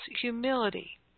humility